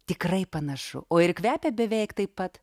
tikrai panašu o ir kvepia beveik taip pat